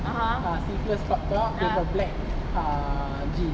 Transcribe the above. ah simplest crop top with a black ah jean